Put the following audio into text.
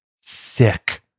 Sick